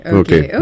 okay